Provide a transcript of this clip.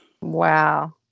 Wow